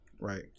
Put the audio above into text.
right